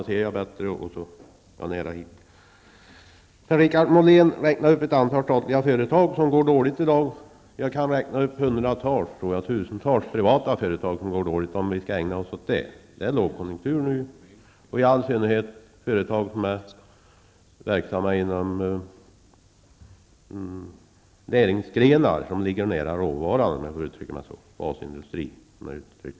Herr talman! Per-Richard Molén räknade upp ett antal statliga företag som i dag går dåligt. Men jag kan räkna upp hundratals, ja, kanske tusentals, privata företag som går dåligt -- om det är sådant som vi skall ägna oss åt. Just nu har vi en lågkonjunktur. I all synnerhet berörs företag som är verksamma inom de näringsgrenar som så att säga ligger nära råvaran. Jag tänker alltså på basindustrin, som har problem.